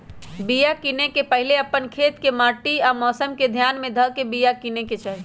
बिया किनेए से पहिले अप्पन खेत के माटि आ मौसम के ध्यान में ध के बिया किनेकेँ चाही